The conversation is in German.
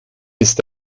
ist